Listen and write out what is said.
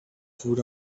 food